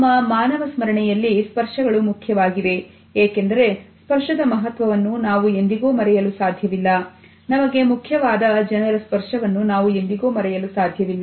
ನಮ್ಮ ಮಾನವ ಸ್ಮರಣೆಯಲ್ಲಿ ಸ್ಪರ್ಶಗಳು ಮುಖ್ಯವಾಗಿವೆ ಏಕೆಂದರೆ ಸ್ಪರ್ಶದ ಮಹತ್ವವನ್ನು ನಾವು ಎಂದಿಗೂ ಮರೆಯಲು ಸಾಧ್ಯವಿಲ್ಲ ನಮಗೆ ಮುಖ್ಯವಾದ ಜನರ ಸ್ಪರ್ಶವನ್ನು ನಾವು ಎಂದಿಗೂ ಮರೆಯಲು ಸಾಧ್ಯವಿಲ್ಲ